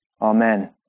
Amen